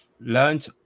learned